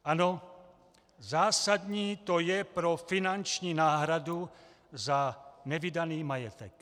Ano, zásadní to je pro finanční náhradu za nevydaný majetek.